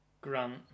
Grant